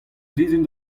sizhun